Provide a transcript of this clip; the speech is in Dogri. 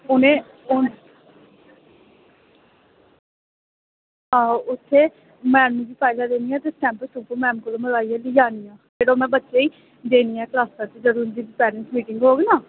उ'नें हां उत्थें मैंम गी फाईलां देनियां ते स्टैंपां मैम कोला दा लोआइयै फिर ओह् में बच्चें गी देनियां बच्चें गी जिसलै उं'दी अटैंडैंस लग्गी दी होग ना